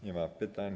Nie ma pytań?